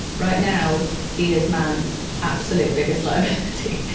right now, he is man's absolute biggest liability.